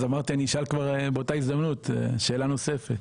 אז אמרתי אני אשאל כבר באותה הזדמנות שאלה נוספת.